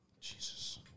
Jesus